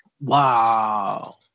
Wow